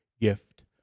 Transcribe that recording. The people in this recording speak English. gift